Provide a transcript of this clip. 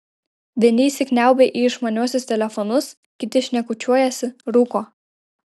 vieni įsikniaubę į išmaniuosius telefonus kiti šnekučiuojasi rūko